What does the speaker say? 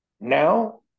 Now